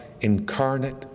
incarnate